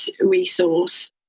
resource